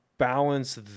balance